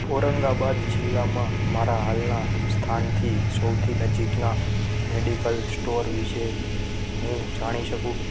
ઔરંગાબાદ જિલ્લામાં મારા હાલના સ્થાનથી સૌથી નજીકના મેડિકલ સ્ટોર વિશે હું જાણી શકું